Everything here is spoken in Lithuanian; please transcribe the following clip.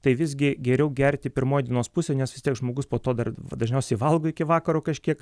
tai visgi geriau gerti pirmoj dienos pusėj nes vis tiek žmogus po to dar dažniausiai valgo iki vakaro kažkiek